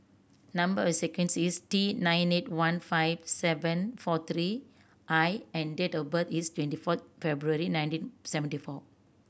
number sequence is T nine eight one five seven four three I and date of birth is twenty four February nineteen seventy four